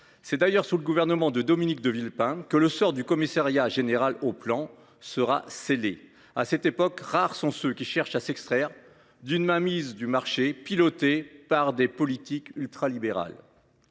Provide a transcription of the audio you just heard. C’est d’ailleurs sous le gouvernement de Dominique de Villepin que le sort du Commissariat général du plan sera scellé. À cette époque, rares sont ceux qui cherchent à s’extraire d’une mainmise du marché confortée par des politiques ultralibérales.